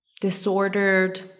disordered